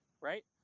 Right